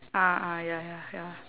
ah ah ya ya ya